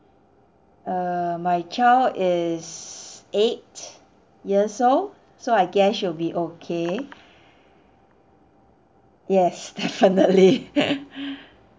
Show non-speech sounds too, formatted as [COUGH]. err my child is eight yes so so I guess she'll be okay yes [LAUGHS] definitely